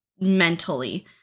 mentally